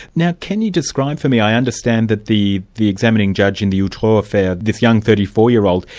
now can you describe for me i understand that the the examining judge in the outreau affair, this young thirty four year old,